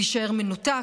להישאר מנותק,